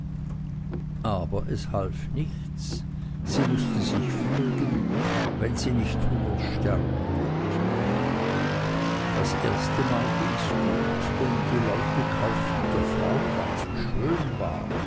aber es half nichts sie mußte sich fügen wenn sie nicht hungers sterben wollten das erstemal gings gut denn die leute kauften der frau weil sie schön war